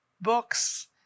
Books